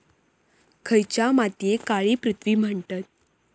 खयच्या मातीयेक काळी पृथ्वी म्हणतत?